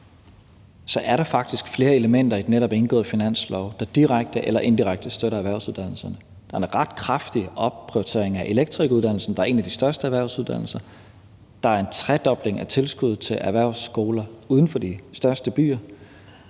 at der faktisk er flere elementer i den netop indgåede finanslovsaftale, der direkte eller indirekte støtter erhvervsuddannelserne. Der er en ret kraftig opprioritering af elektrikeruddannelsen, der er en af de største erhvervsuddannelser. Der er en tredobling af tilskuddet til erhvervsskolerne uden for de største byer.